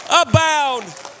abound